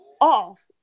off